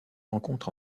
rencontre